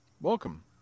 welcome